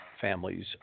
families